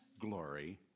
glory